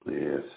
Yes